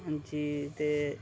जी ते